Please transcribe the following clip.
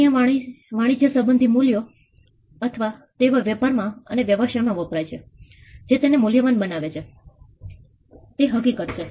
ત્યાં વાણિજ્ય સંબંધિત મૂલ્યો અથવા તેઓ વેપારમાં અને વ્યવસાય માં વપરાય છે જે તેને મૂલ્યવાન બનાવે છે તે હકીકત છે